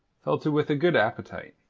fell to with a good appetite.